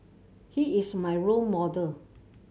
he is my role model